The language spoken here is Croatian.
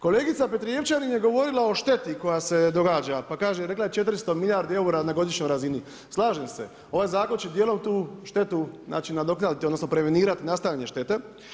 Kolegica Petrijevčanin je govorila o šteti koja se događa, pa kaže, rekla je 400 milijardi eura na godišnjoj razini, slažem se, ovaj zakon će dijelom tu štetu nadoknaditi, odnosno, prevenirati nastajanje štete.